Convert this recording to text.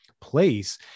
place